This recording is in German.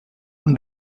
und